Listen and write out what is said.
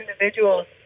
individuals